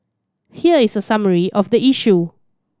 here is a summary of the issue